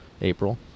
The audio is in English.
April